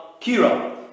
kira